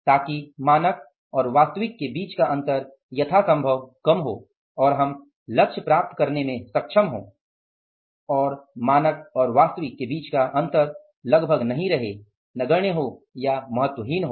ताकि मानक और वास्तविक के बीच का अंतर यथासंभव कम हो और हम लक्ष्य प्राप्त करने में सक्षम हों और मानक और वास्तविक के बीच का अंतर लगभग नहीं रहे या हो तो महत्वहीन हो